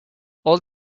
all